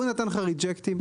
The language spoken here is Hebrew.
הוא נתן לך "ריג'קטים",